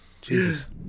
Jesus